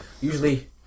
usually